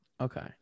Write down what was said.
Okay